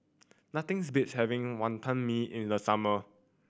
nothings beats having Wantan Mee in the summer